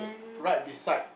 right beside